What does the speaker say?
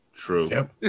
True